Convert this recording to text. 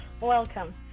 Welcome